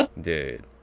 Dude